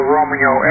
Romeo